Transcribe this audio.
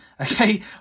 Okay